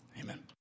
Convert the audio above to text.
amen